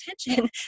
attention